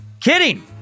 Kidding